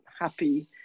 happy